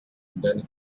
then